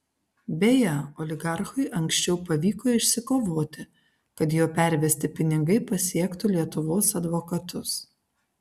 beje oligarchui anksčiau pavyko išsikovoti kad jo pervesti pinigai pasiektų lietuvos advokatus